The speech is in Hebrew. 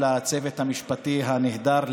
לצוות המשפטי הנהדר,